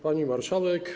Pani Marszałek!